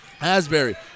Asbury